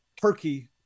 Turkey